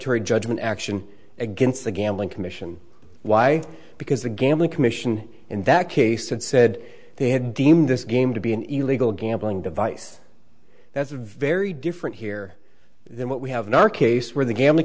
declaratory judgment action against the gambling commission why because the gambling commission in that case and said they had deemed this game to be an illegal gambling device that's a very different here than what we have in our case where the gam